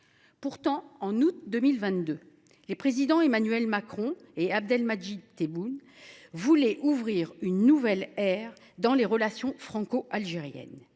Pourtant, en août 2022, les présidents Emmanuel Macron et Abdelmadjid Tebboune voulaient ouvrir une nouvelle ère dans les relations franco algériennes.